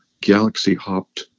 galaxy-hopped